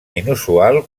inusual